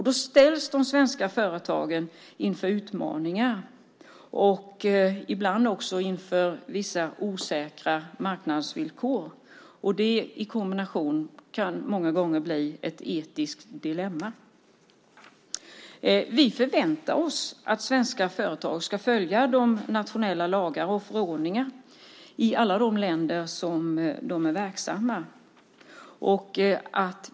Då ställs de svenska företagen inför utmaningar och ibland också inför vissa osäkra marknadsvillkor. Denna kombination kan många gånger bli ett etiskt dilemma. Vi förväntar oss att svenska företag ska följa de nationella lagarna och förordningarna i alla de länder som de är verksamma i.